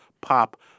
pop